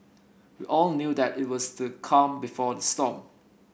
we all knew that it was the calm before the storm